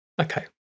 okay